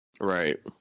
Right